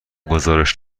گزارش